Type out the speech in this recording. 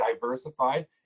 diversified